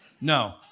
No